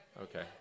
Okay